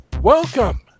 Welcome